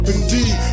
Indeed